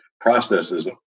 processes